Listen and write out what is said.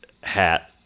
hat